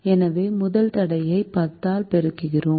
எனவே முதல் தடையை 10 ஆல் பெருக்குகிறோம்